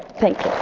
thank